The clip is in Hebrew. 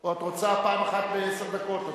או שאת רוצה פעם אחת בעשר דקות?